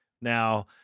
Now